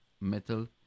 metal